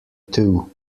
two